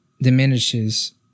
diminishes